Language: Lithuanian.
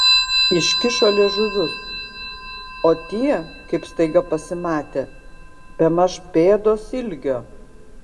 iškišo liežuvius o tie kaip staiga pasimatė bemaž pėdos ilgio